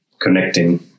connecting